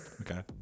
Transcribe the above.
Okay